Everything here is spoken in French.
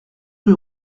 rue